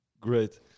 Great